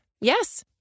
yes